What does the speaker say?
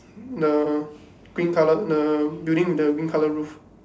the green colour the building with the green colour roof